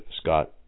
Scott